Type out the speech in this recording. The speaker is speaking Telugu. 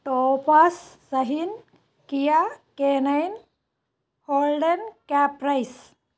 Topaz Shaheen Kia K nine Holden Caprice